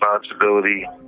responsibility